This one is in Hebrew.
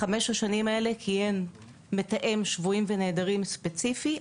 בחמש השנים האלה קיים מתאם שבויים ונעדרים ספציפי.